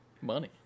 Money